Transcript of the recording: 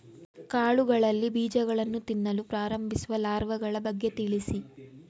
ಕಾಳುಗಳಲ್ಲಿ ಬೀಜಗಳನ್ನು ತಿನ್ನಲು ಪ್ರಾರಂಭಿಸುವ ಲಾರ್ವಗಳ ಬಗ್ಗೆ ತಿಳಿಸಿ?